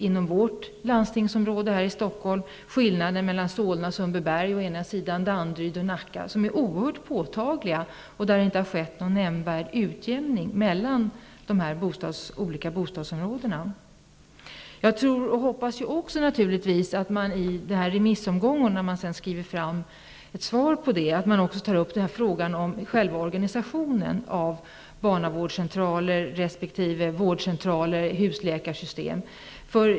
I vårt landstingsområde i Stockholm har vi skillnader mellan å ena sidan Solna och Sundbyberg och å andra sidan Danderyd och Nacka som är oerhört påtagliga. Det har inte skett någon nämnvärd utjämning mellan de olika bostadsområdena. Jag tror och hoppas naturligtvis också att man i remissomgången i sitt svar tar upp frågan om själva organisationen av barnavårdscentraler, vårdcentraler och ett husläkarsystem.